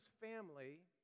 family